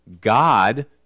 God